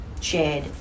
shared